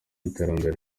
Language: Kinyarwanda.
iterambere